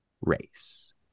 race